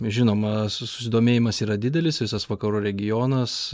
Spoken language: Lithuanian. žinoma susidomėjimas yra didelis visas vakarų regionas